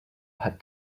had